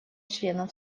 членам